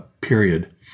period